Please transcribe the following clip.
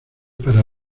para